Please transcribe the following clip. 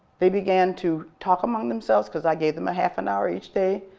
they began to talk among themselves because i gave them a half and hour each day,